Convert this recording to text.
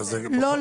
לא,